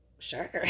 sure